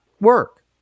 work